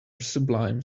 sublime